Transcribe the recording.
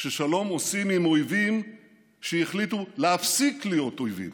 ששלום עושים עם אויבים שהחליטו להפסיק להיות אויבים.